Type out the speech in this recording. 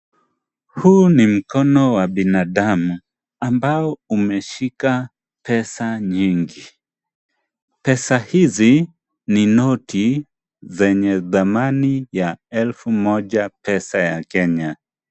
Huu ni mkono wa binadamu ambao umeshika pesa nyingi, pesa hizi ni noti yenye thamani ya elfu moja pesa ya Kenya.